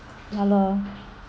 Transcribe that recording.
ya lor